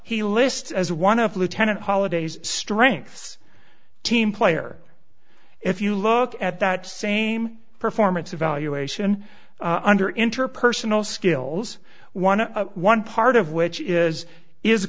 he lists as one of lieutenant holidays strengths team player if you look at that same performance evaluation under interpersonal skills one one part of which is is a